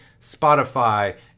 Spotify